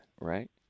right